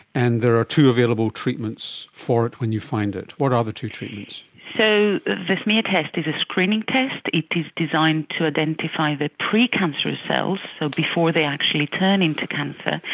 and there are two available treatments for it when you find it. what are the two treatments? so the smear test is a screening test, it is designed to identify the precancerous cells, so before they actually turn into cancer,